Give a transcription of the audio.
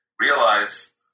realize